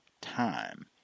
time